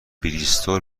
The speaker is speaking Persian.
بریستول